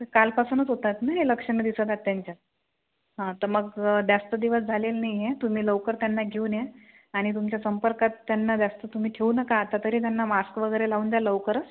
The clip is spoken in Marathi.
तर कालपासूनच होतात ना हे लक्षणं दिसतात त्यांच्यात हां तर मग जास्त दिवस झालेले नाही आहे तुम्ही लवकर त्यांना घेऊन या आणि तुमच्या संपर्कात त्यांना जास्त तुम्ही ठेवू नका आता तरी त्यांना मास्क वगैरे लावून द्या लवकरच